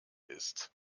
ist